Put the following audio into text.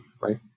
right